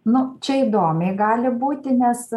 nu čia įdomiai gali būti nes